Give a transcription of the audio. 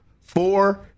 four